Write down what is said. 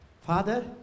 Father